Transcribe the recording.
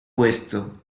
puesto